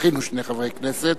הכינו שני חברי כנסת.